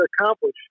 accomplish